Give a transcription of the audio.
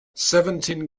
seventeen